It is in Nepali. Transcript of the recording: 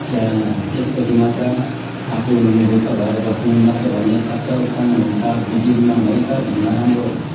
क्या त्यस पछि मात्र आफू निर्धक्क भएर बस्नु नत्र भने खतरा उत्पन्न हुन्छ बिजुलीमा भयङ्कर नराम्रो